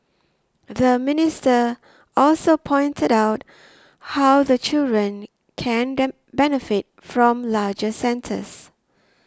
the minister also pointed out how the children can benefit from larger centres